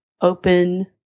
open